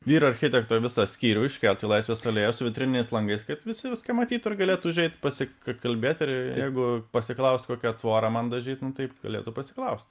vyr architekto visą skyrių iškelt į laisvės alėją su vitrininiais langais kad visi viską matytų ir galėtų užeiti pasikakalbėti ir jeigu pasiklaust kokia tvorą man dažyt nu taip galėtų pasiklausti